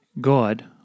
God